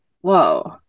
whoa